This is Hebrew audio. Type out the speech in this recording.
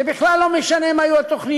זה בכלל לא משנה מה יהיו התוכניות,